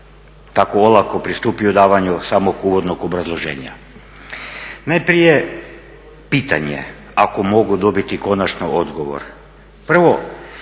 tako olako pristupio davanju samog uvodnog obrazloženja. Najprije pitanje ako mogu dobiti konačno odgovor. Prvo,